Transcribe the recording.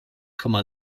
komma